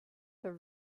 her